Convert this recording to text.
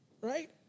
right